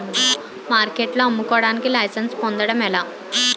మార్కెట్లో అమ్ముకోడానికి లైసెన్స్ పొందడం ఎలా?